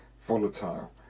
volatile